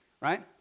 right